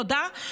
תודה.